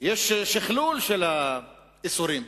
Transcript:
יש שכלול של האיסורים.